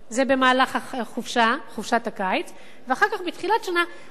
זה במהלך חופשת הקיץ, ואחר כך בתחילת שנה אני